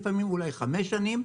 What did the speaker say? אולי חמש שנים.